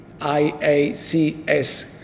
IACS